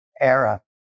era